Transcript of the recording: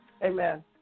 Amen